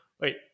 wait